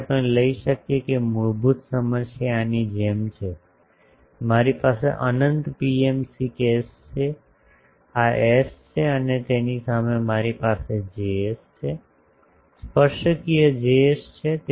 તેથી આપણે લઈ શકીએ કે મૂળભૂત સમસ્યા આની જેમ છે મારી પાસે અનંત પીએમસી કેસ છે આ એસ છે અને તેની સામે મારી પાસે Js છે સ્પર્શકીય Js છે